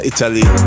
Italy